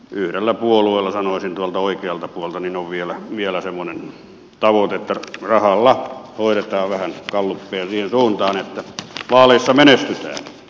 yhdellä puolueella sanoisin tuolta oikealta puolelta on vielä semmoinen tavoite että rahalla hoidetaan vähän gallupeja siihen suuntaan että vaaleissa menestytään